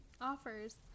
offers